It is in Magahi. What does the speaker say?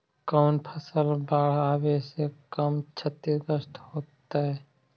कौन फसल बाढ़ आवे से कम छतिग्रस्त होतइ?